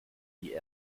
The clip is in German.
die